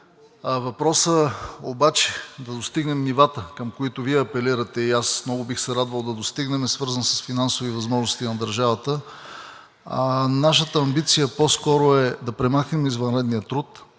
Въпросът обаче да достигнем нивата, към които Вие апелирате, и аз много бих се радвал да достигнем, е свързан с финансовите възможности на държавата. Нашата амбиция по-скоро е да премахнем извънредния труд,